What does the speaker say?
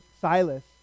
Silas